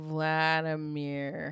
Vladimir